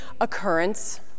occurrence